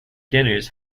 dinners